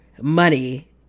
Money